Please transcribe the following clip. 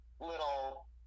little